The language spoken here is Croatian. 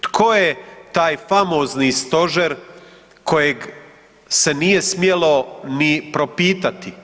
Tko je taj famozni Stožer kojeg se nije smjelo ni propitati.